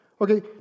Okay